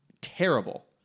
terrible